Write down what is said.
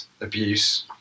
abuse